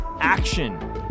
action